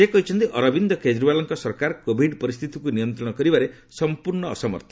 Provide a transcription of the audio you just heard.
ସେ କହିଛନ୍ତି ଅରବିନ୍ଦ କେଜରିୱାଲ୍ଙ୍କ ସରକାର କୋଭିଡ୍ ପରିସ୍ଥିତିକୁ ନିୟନ୍ତ୍ରଣ କରିବାରେ ସମ୍ପର୍ଶ୍ଣ ଅସମର୍ଥ